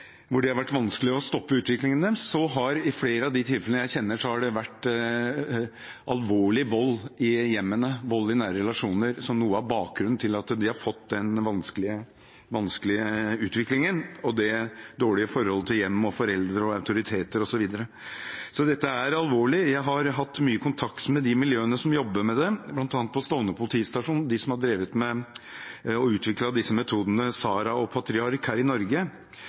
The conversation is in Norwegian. vanskelig å stoppe utviklingen deres, vært alvorlig vold i hjemmet, vold i nære relasjoner, så er noe av bakgrunnen for at de har fått den vanskelige utviklingen, det dårligere forholdet til hjem og foreldre og autoriteter osv. Dette er alvorlig. Jeg har hatt mye kontakt med de miljøene som jobber med dem, bl.a. på Stovner politistasjon, som har drevet med å utvikle disse metodene, SARA og PATRIKARK, her i Norge.